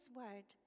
word